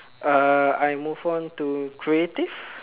uh I move on to creative